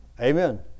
Amen